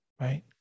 Right